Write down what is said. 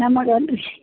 ನಮಗೊಂದು